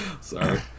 Sorry